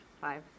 five